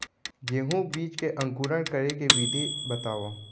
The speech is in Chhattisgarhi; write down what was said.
गेहूँ बीजा के अंकुरण करे के विधि बतावव?